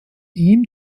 ihm